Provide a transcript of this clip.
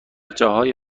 جاهای